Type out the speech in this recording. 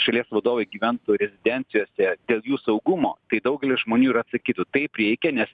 šalies vadovai gyventų rezidencijose dėl jų saugumo tai daugelis žmonių ir atsakytų taip reikia nes